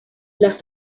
las